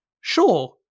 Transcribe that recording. sure